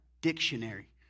Dictionary